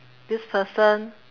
this person